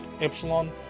Epsilon